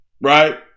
right